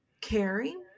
caring